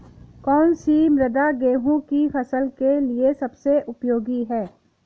कौन सी मृदा गेहूँ की फसल के लिए सबसे उपयोगी है?